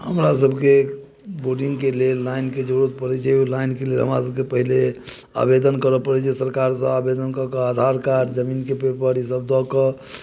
हमरा सबके बोडिङ्गके लेल लाइनके जरूरत पड़ैत छै लाइनके लेल हमरा सबके पहिले आवेदन करऽ पड़ैत छै सरकारके आवेदन कऽकऽ आधार कार्ड जमीनके पेपर ई सब दऽ कऽ